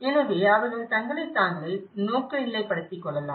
எனவே அவர்கள் தங்களைத் தாங்களே நோக்குநிலைப்படுத்திக் கொள்ளலாம்